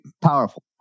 Powerful